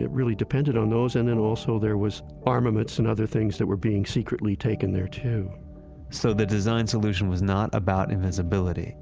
it really depended on those and then also the was armaments and other things that were being secretly taken there too so the design solution was not about invisibility.